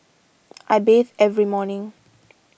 I bathe every morning